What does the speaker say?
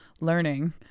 learning